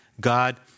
God